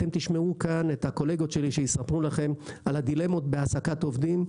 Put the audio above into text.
אתם תשמעו כאן את הקולגות שלי שיספרו לכם על הדילמות בהעסקת עובדים.